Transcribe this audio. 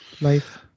life